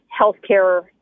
healthcare